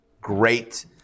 Great